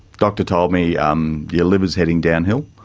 doctor told me, um your liver's heading down hill.